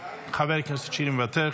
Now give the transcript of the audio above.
מוותר,